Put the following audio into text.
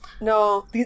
No